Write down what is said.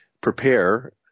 prepare